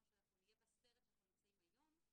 שאנחנו נהיה בסרט שאנחנו נמצאים היום,